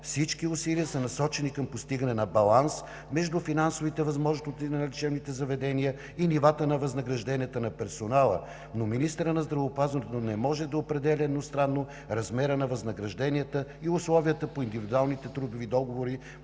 Всички усилия са насочени към постигане на баланс между финансовите възможности на лечебните заведения и нивата на възнагражденията на персонала, но министърът на здравеопазването не може да определя едностранно размера на възнагражденията и условията по индивидуалните трудови договори